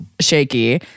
shaky